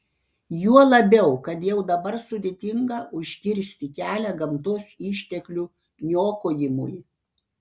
juo labiau kad jau dabar sudėtinga užkirsti kelią gamtos išteklių niokojimui